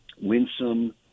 winsome